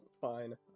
fine